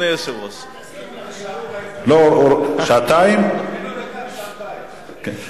תוריד לו דקה משעון קיץ.